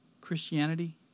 Christianity